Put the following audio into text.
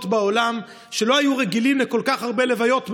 בעולם שלא היו רגילות לכל כך הרבה לוויות ביום.